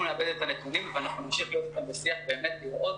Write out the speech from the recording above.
אנחנו נעבד את הנתונים ואנחנו נמשיך להיות אתם בשיח באמת לראות